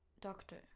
doctor